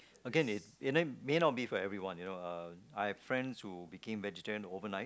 again it mean may not be for anyone you know I have friends who became vegetarian overnight